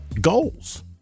goals